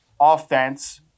offense